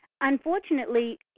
unfortunately